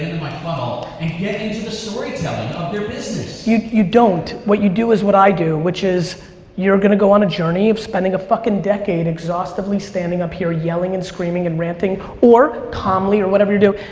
my funnel and get into the storytelling of their business? you you don't. what you do is what i do which is you're gonna go on a journey of spending a fucking decade exhaustively standing up here yelling and screaming and ranting or calmly or whatever you do.